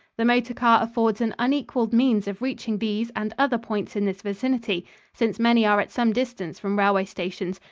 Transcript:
the motor car affords an unequalled means of reaching these and other points in this vicinity since many are at some distance from railway stations,